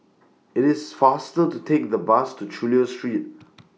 IT IS faster to Take The Bus to Chulia Street